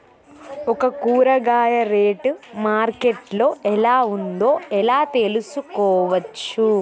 ఒక కూరగాయ rate market లో ఎలా ఉందో ఎలా తెలుసుకోవచ్చు?